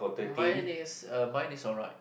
mine is uh mine is alright